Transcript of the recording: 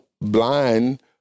blind